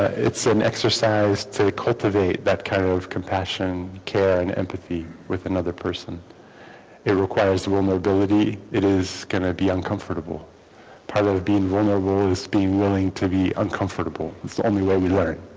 it's an exercise to cultivate that kind of compassion care and empathy with another person it requires the world mobility it is going to be uncomfortable part of being vulnerable is being willing to be uncomfortable it's the only way we learn